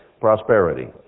prosperity